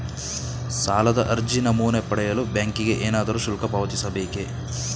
ಸಾಲದ ಅರ್ಜಿ ನಮೂನೆ ಪಡೆಯಲು ಬ್ಯಾಂಕಿಗೆ ಏನಾದರೂ ಶುಲ್ಕ ಪಾವತಿಸಬೇಕೇ?